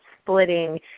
splitting